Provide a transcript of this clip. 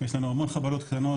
יש לנו המון חבלות קטנות,